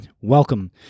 Welcome